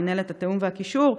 מינהלת התיאום והקישור,